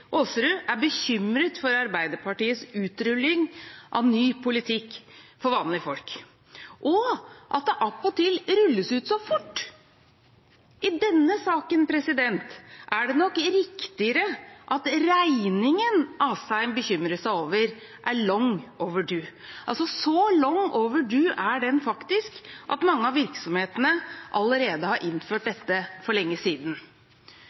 Aasrud, er bekymret for Arbeiderpartiets utrulling av ny politikk for vanlige folk, og at det attpåtil rulles ut så fort. I denne saken er det nok riktigere at regningen Asheim bekymrer seg over, er «long overdue» – altså så «long overdue» at mange av virksomhetene allerede har innført dette for lenge siden.